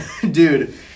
dude